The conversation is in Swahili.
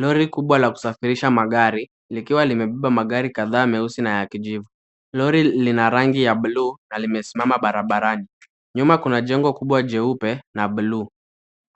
Lori kubwa la kusafirisha magari likiwa limebeba magari kadhaa meusi na ya kijivu. Lori lina rangi ya bluu na limesimama barabarani. Nyuma kuna jengo kubwa jeupe na bluu.